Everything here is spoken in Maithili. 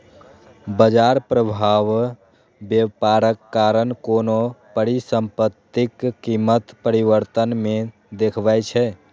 बाजार प्रभाव व्यापारक कारण कोनो परिसंपत्तिक कीमत परिवर्तन मे देखबै छै